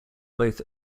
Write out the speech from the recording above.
both